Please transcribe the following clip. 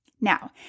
Now